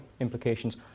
implications